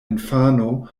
infano